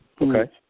Okay